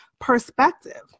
perspective